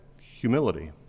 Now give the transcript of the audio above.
humility